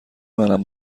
منم